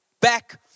back